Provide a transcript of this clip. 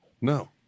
No